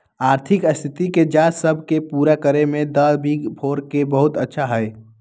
आर्थिक स्थिति के जांच सब के पूरा करे में द बिग फोर के बहुत अच्छा हई